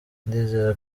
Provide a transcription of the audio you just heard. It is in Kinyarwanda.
ndizera